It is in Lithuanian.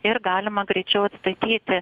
ir galima greičiau atstatyti